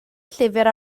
llyfr